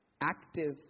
active